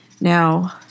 Now